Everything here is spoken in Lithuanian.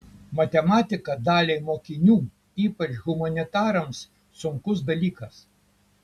matematika daliai mokinių ypač humanitarams sunkus dalykas